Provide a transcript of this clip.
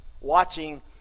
watching